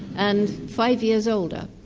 and five years older.